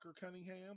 Cunningham